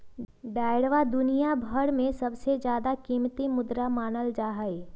डालरवा दुनिया भर में सबसे ज्यादा कीमती मुद्रा मानल जाहई